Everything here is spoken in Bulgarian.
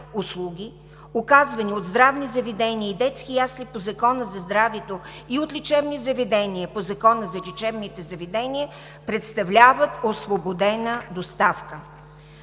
услуги, оказвани от здравни заведения и детски ясли по Закона за здравето и от лечебни заведения по Закона за лечебните заведения, представляват освободена доставка“.